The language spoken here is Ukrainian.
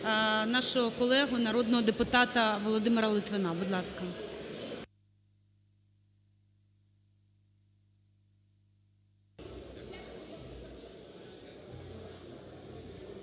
нашого колегу народного депутата Володимира Литвина. Будь ласка.